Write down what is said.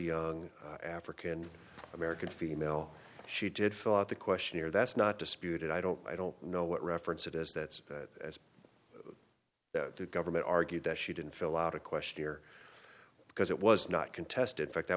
young african american female she did fill out the questionnaire that's not disputed i don't i don't know what reference it as that as the government argued that she didn't fill out a questionnaire because it was not contested fact